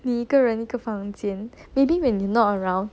你一个人一个房间 maybe when you're not around